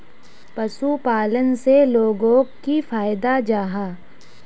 पशुपालन से लोगोक की फायदा जाहा?